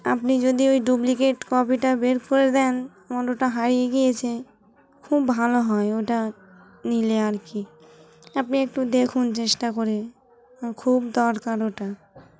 আপনি যদি ওই ডুপ্লিকেট কপিটা বের করে দেন আমার ওটা হারিয়ে গিয়েছে খুব ভালো হয় ওটা নিলে আর কি আপনি একটু দেখুন চেষ্টা করে খুব দরকার ওটা